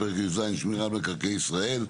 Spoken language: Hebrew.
בנושא פרק י"ז (שמירה על מקרקעי ישראל),